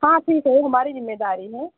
हाँ ठीक है वह हमारी ज़िम्मेदारी है